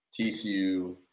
TCU